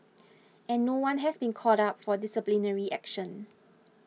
and no one has been called up for disciplinary action